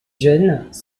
jeunes